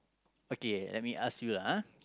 okay let me ask you lah !huh!